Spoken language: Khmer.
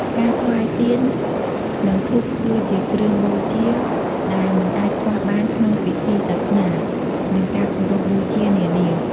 ការថ្វាយទៀន និងធូបគឺជាគ្រឿងបូជាដែលមិនអាចខ្វះបានក្នុងពិធីសាសនា និងការគោរពបូជានានា។